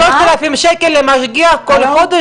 3,000 שקל למשגיח כל חודש,